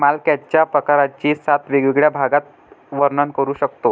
मॉलस्कच्या प्रकारांचे सात वेगवेगळ्या भागात वर्णन करू शकतो